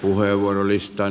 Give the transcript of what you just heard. puheenvuorolistaan